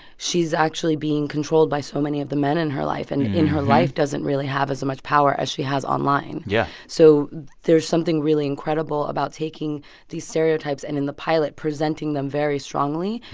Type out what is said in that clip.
she's actually being controlled by so many of the men in her life and in her life doesn't really have as much power as she has online yeah so there's something really incredible about taking these stereotypes and, in the pilot, presenting them very strongly.